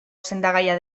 sendagaia